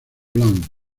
blanc